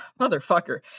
motherfucker